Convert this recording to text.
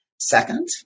Second